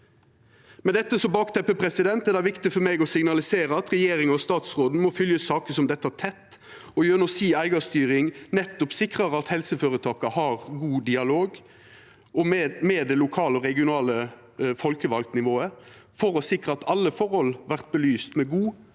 Med dette som bakteppe er det viktig for meg å signalisera at regjeringa og statsråden må fylgja saker som dette tett, og gjennom eigarstyringa si sikra at helseføretaka har god dialog med det lokale og regionale folkevaldnivået, slik at alle forhold vert belyste med god